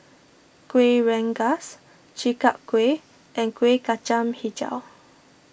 Kuih Rengas Chi Kak Kuih and Kuih Kacang HiJau